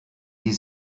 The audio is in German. die